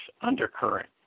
undercurrent